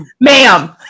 ma'am